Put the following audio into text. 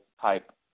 type